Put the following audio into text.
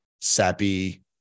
sappy